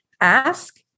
ask